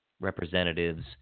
representatives